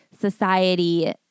society